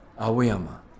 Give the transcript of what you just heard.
Aoyama